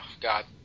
God